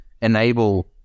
enable